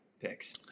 picks